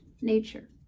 nature